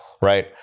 right